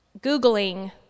Googling